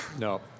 No